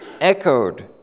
echoed